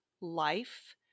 life